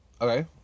Okay